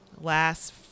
Last